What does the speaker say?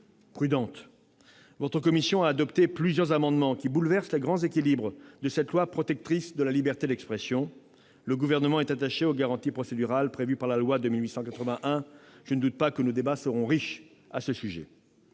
prudente. La commission spéciale a adopté plusieurs amendements qui bouleversent les grands équilibres de cette loi protectrice de la liberté d'expression. Pour sa part, le Gouvernement est attaché aux garanties procédurales prévues par la loi de 1881 ; je ne doute pas que nos débats seront riches sur ce point.